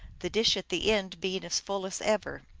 the dish at the end being as full as ever.